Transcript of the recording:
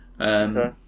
okay